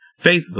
Facebook